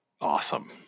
awesome